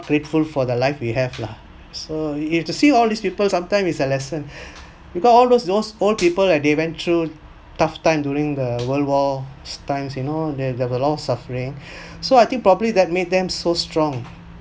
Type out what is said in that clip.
grateful for the live we have lah so you have to see all these people sometime is a lesson we've got all those those old people and they went through tough time during the world war times you know there there a long suffering so I think probably that made them so strong